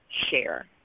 share